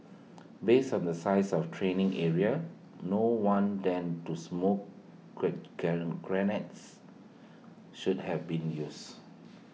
based on the size of the training area no one than two smoke grenades should have been used